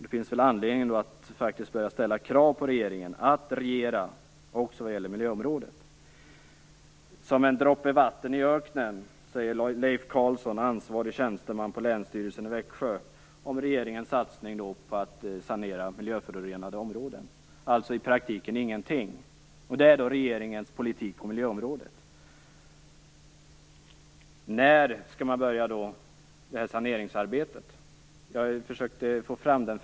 Det finns anledning att börja ställa krav på regeringen att regera också vad gäller miljöområdet. Som en droppe vatten i öknen, säger Leif Carlsson, ansvarig tjänsteman på Länsstyrelsen i Växjö, om regeringens satsning på att sanera miljön i förorenade områden, alltså i praktiken ingenting. Det är regeringens politik på miljöområdet. När skall man börja med saneringsarbetet? Jag försökte få fram det.